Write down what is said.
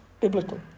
biblically